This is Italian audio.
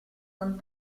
con